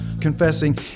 Confessing